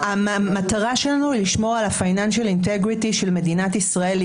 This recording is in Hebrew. המטרה שלנו היא לשמור על היושרה של מדינת ישראל,